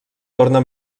torna